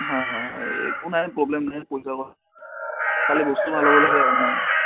হয় হয় একো নাই প্ৰব্লেম নাই খালী বস্তু ভাল হ'ব লাগে আপোনাৰ